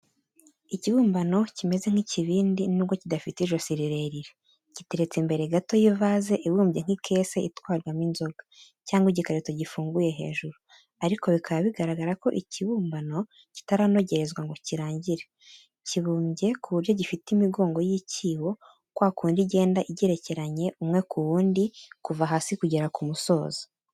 Ikibumbano kimeze nk'ikibindi, nubwo kidafite ijosi rirerire. Giteretse imbere gato y'ivaze ibumbye nk'ikese itwarwamo inzoga cyangwa igikarito gifunguye hejuru, ariko bikaba bigaragara ko ikibumbano kitaranogerezwa ngo kirangire, kibumbye ku buryo gifite imigongo y'icyibo, kwa kundi igenda igerekeranye umwe ku wundi, kuva hasi kugera ku musozo.